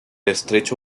estrecho